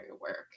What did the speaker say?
work